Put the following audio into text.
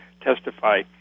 testify